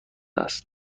است